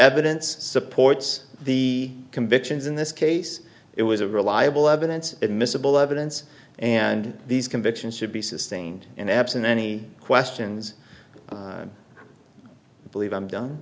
evidence supports the convictions in this case it was a reliable evidence admissible evidence and these convictions should be sustained and absent any questions believe i'm done